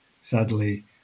sadly